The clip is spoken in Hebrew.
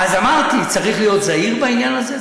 אז אמרתי, צריך להיות זהיר בעניין הזה.